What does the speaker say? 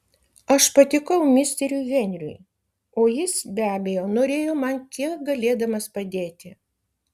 aš patikau misteriui henriui o jis be abejo norėjo man kiek galėdamas padėti